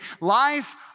life